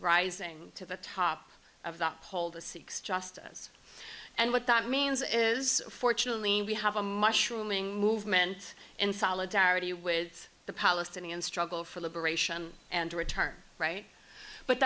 rising to the top of the whole the seeks justice and what that means is fortunately we have a mushroom ing movement in solidarity with the palestinian struggle for liberation and a return right but